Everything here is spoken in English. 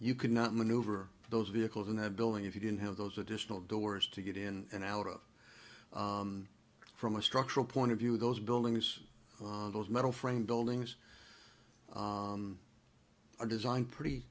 could not maneuver those vehicles in that building if you didn't have those additional doors to get in and out of it from a structural point of view those buildings on those metal framed buildings are designed pretty